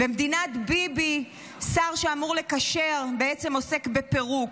במדינת ביבי שר שאמור לקשר, בעצם עוסק בפירוק.